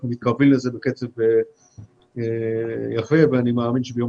אנחנו מתקרבים לזה בקצב יפה ואני מאמין שביום